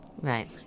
Right